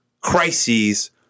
crises